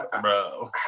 Bro